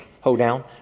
hoedown